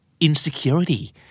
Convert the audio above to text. insecurity